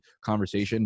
conversation